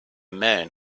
man